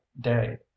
day